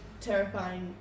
terrifying